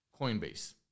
Coinbase